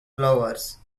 flowers